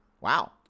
Wow